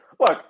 Look